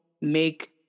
make